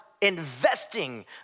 investing